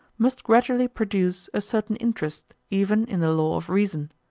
must gradually produce a certain interest even in the law of reason,